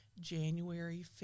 January